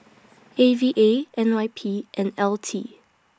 A V A N Y P and L T